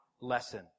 lesson